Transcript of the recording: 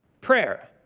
Prayer